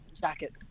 Jacket